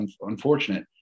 unfortunate